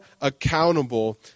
accountable